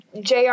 JR